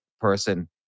person